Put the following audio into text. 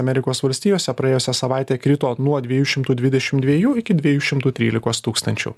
amerikos valstijose praėjusią savaitę krito nuo dviejų šimtų dvidešim dviejų iki dviejų šimtų trylikos tūkstančių